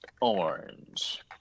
orange